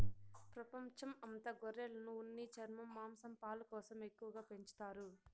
ప్రపంచం అంత గొర్రెలను ఉన్ని, చర్మం, మాంసం, పాలు కోసం ఎక్కువగా పెంచుతారు